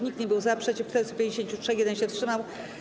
Nikt nie był za, przeciw - 453, 1 się wstrzymał.